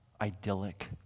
idyllic